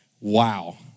Wow